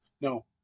No